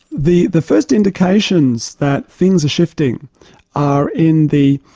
the the first indications that things are shifting are in the